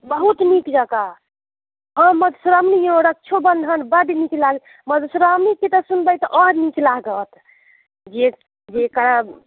बहुत नीक जकाँ हँ मधुश्रावणीओ रक्षो बंधन बड नीक लागत मधुश्रावणीके तऽ सुनबै तऽ आओर नीक लागत जे जेकर